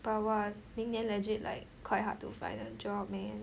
but !wah! 明年 legit like quite hard to find a job man